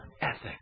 ethics